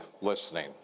listening